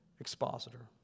expositor